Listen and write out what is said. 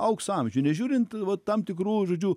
aukso amžių nežiūrint va tam tikrų žodžiu